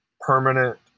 permanent